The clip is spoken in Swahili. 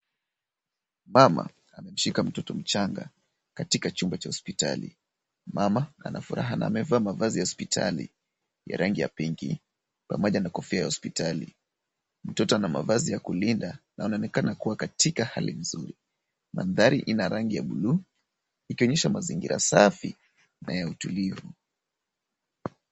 Mama, umemshika mtoto mchanga, katika chumba cha hospitali. Mama, anafuraha na amevaa mavazi ya hospitali ya rangi ya pinki, pamoja na kofia ya hospitali. Mtoto ana mavazi ya kulinda na unaonekana kuwa katika hali nzuri. Mandhari ina rangi ya buluu ikionyesha mazingira safi, na ya utulivu.